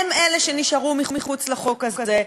הם אלה שנשארו מחוץ לחוק הזה,